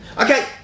Okay